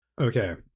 okay